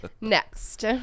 next